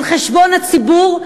על חשבון הציבור,